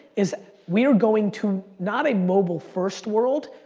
is we're going to not a mobile first world.